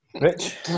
Rich